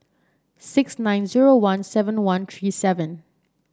six nine zero one seven one three seven